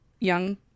young